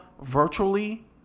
virtually